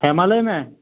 ᱦᱮᱸ ᱢᱟ ᱞᱟᱹᱭ ᱢᱮ